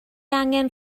angen